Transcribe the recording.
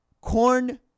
corn